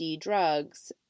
drugs